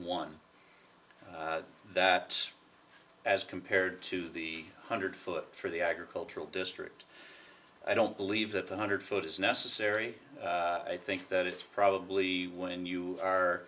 one that as compared to the hundred foot for the agricultural district i don't believe that one hundred foot is necessary i think that it probably when you are